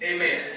Amen